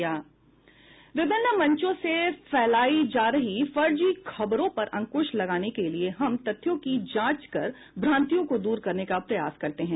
विभिन्न मंचों से फैलाई जा रही फर्जी खबरों पर अंकुश लगाने के लिए हम तथ्यों की जांच कर भ्रान्तियों को दूर करने का प्रयास करते हैं